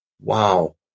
wow